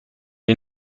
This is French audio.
est